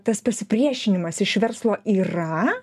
tas pasipriešinimas iš verslo yra